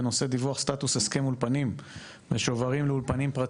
בנושא דיווח סטאטוס הסכם אולפנים ושוברים לאולפנים פרטיים.